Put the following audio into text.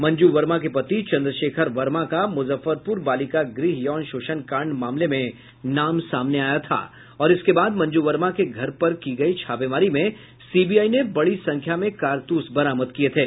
मंजू वर्मा को पति चन्द्रशेखर वर्मा का मुजफ्फरपुर बालिका गृह यौन शोषण कांड मामले में नाम सामने आया था और इसके बाद मंजू वर्मा के घर पर की गयी छापेमारी में सीबीआई ने बड़ी संख्या में कारतूस बरामद किये थे